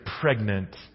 pregnant